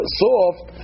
soft